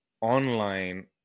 online